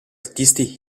artisti